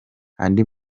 andi